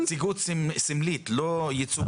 נציגות סמלית, לא ייצוג, נציגות סמלית.